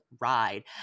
ride